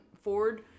Ford